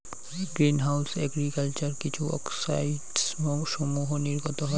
green house agriculture কিছু অক্সাইডসমূহ নির্গত হয়